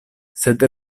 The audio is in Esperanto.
sed